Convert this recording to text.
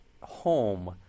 home